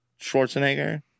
Schwarzenegger